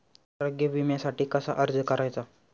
आरोग्य विम्यासाठी कसा अर्ज करायचा?